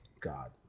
god